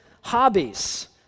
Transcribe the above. hobbies